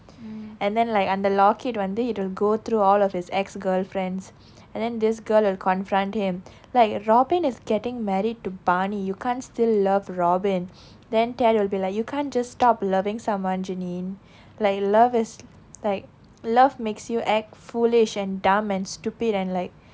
and then like அந்த:antha locket வந்து:vanthu it'll go through all of his ex girlfriends and then this girl will confront him like robin is getting married to barney you can't still love robin then ted will be like you can't just stop loving someone jennine like love is like love makes you act foolish and dumb and stupid and like